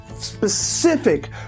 specific